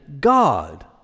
God